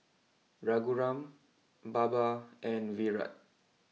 Raghuram Baba and Virat